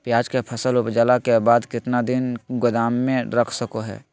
प्याज के फसल उपजला के बाद कितना दिन गोदाम में रख सको हय?